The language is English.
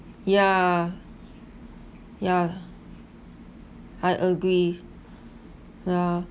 yeah yeah I agree yeah